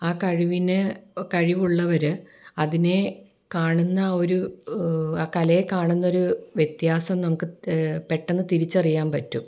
ആ കഴിവിനെ കഴിവുള്ളവർ അതിനെ കാണുന്ന ഒരു ആ കലയെ കാണുന്ന ഒരു വ്യത്യാസം നമുക്ക് പെട്ടന്ന് തിരിച്ചറിയാൻ പറ്റും